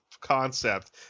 concept